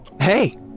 Hey